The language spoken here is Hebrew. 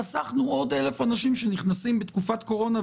חסכנו עוד 1,000 אנשים שנכנסים בתקופת קורונה,